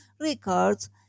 records